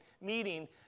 meeting